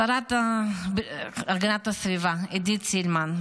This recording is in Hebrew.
השרה להגנת הסביבה עידית סילמן,